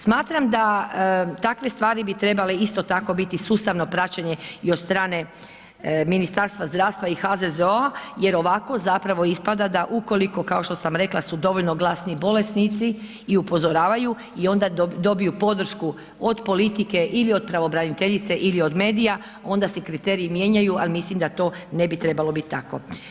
Smatram da takve stvari bi trebale isto tako biti sustavno praćenje i od strane Ministarstva zdravstva i HZZO-a jer ovako zapravo ispada da ukoliko kao što sam rekla su dovoljno glasni bolesnici i upozoravaju i onda dobiju podršku od politike ili od pravobraniteljice ili od medija, onda se kriteriji mijenjaju ali mislim da to ne bi trebalo bit tako.